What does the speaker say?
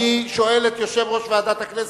אני שואל את יושב-ראש ועדת הכנסת,